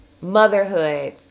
motherhood